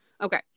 Okay